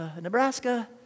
Nebraska